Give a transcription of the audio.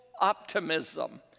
Optimism